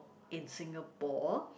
in Singapore